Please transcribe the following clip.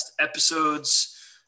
episodes